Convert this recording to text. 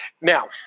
Now